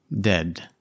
dead